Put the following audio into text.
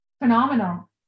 phenomenal